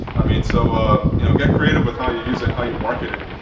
i mean so you know get creative with how you use it how you market it.